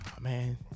man